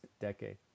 decade